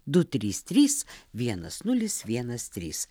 du trys trys vienas nulis vienas trys